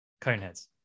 Coneheads